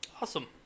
Awesome